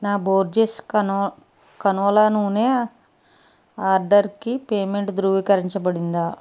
నా బోర్జెస్ కనో కనోలా నూనె ఆర్డర్కి పేమెంట్ ధృవీకరించబడిందా